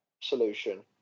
solution